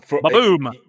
Boom